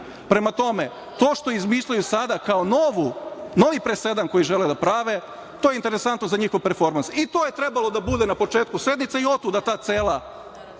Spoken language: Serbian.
Prema tome, to što izmišljaju sada kao novi presedan koji žele da prave, to je interesantno za njihov performans i to je trebalo da bude na početku sednice i otuda ta cela